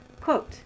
Quote